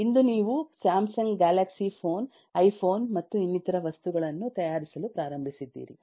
ಇಂದು ನೀವು Samsung Galaxy phone iPhone ಮತ್ತು ಇನ್ನಿತರ ವಸ್ತುಗಳನ್ನು ತಯಾರಿಸಲು ಪ್ರಾರಂಭಿಸಿದ್ದೀರಿ